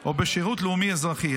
או בשירות לאומי-אזרחי.